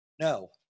No